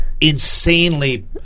insanely